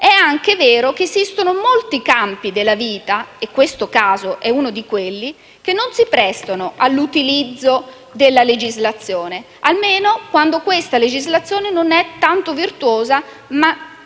è anche vero che esistono molti campi della vita - e questo caso è uno di quelli - che non si prestano all'utilizzo della legislazione, almeno quando questa non è tanto virtuosa, ma